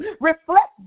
Reflect